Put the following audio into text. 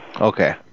Okay